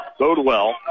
Bodewell